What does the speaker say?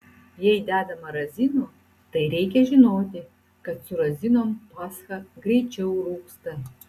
jei dedama razinų tai reikia žinoti kad su razinom pascha greičiau rūgsta